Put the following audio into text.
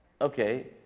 Okay